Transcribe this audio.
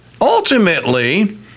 ultimately